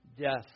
death